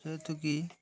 ଯେହେତୁ କି